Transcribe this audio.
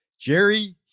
Jerry